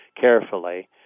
carefully